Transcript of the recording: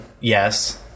yes